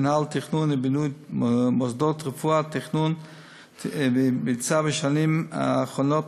מינהל תכנון ובינוי מוסדות רפואה ביצע בשנים האחרונות